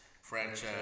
franchise